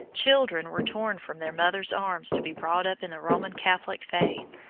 children were torn from their mothers' arms to be brought up in the roman catholic faith,